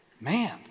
man